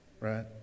right